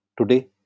Today